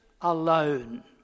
alone